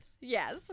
Yes